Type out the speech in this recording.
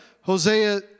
Hosea